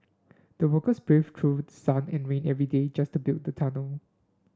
the workers braved through sun and rain every day just to build the tunnel